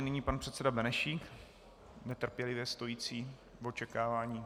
Nyní pan předseda Benešík, netrpělivě stojící v očekávání.